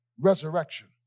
Resurrection